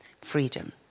freedom